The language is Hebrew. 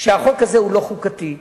שהוא לא חוקתי,